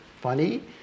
funny